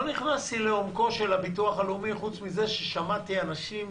לא נכנסתי לעומקו של הביטוח הלאומי פרט לכך ששמעתי אנשים